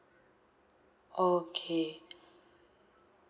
okay